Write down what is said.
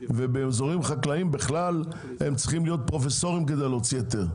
ובאזורים חקלאיים בכלל הם צריכים להיות פרופסורים כדי להוציא היתר,